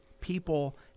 people